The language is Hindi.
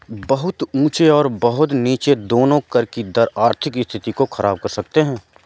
बहुत ऊँचे और बहुत नीचे दोनों कर के दर आर्थिक स्थिति को ख़राब कर सकते हैं